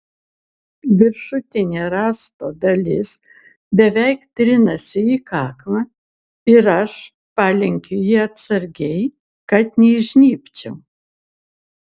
viršutinė rąsto dalis beveik trinasi į kaklą ir aš palenkiu jį atsargiai kad neįžnybčiau